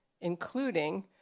including